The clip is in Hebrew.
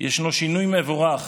יש שינוי מבורך